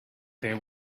there